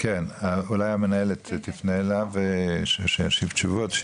אולי תפנה אל המנהל ושישיב תשובות?